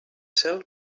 cel